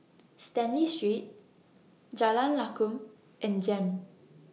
Stanley Street Jalan Lakum and Jem